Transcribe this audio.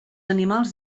animals